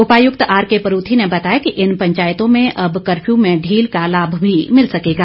उपायुक्त R K Paruthi ने बताया कि इन पंचायतों में अब कफ्र्य्र में ढील का लाभ भी मिल सकेगा